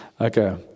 Okay